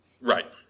Right